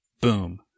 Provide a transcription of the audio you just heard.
Boom